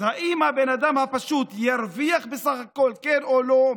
אז האם הבן אדם הפשוט ירוויח בסך הכול, כן או לא?